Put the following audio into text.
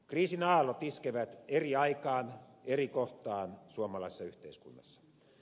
kriisin aallot iskevät eri aikaan eri kohtaan suomalaisessa yhteiskunnassa